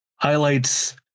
Highlights